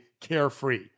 carefree